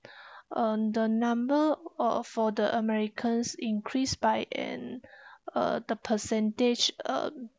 on the number uh for the americans increased by and uh the percentage um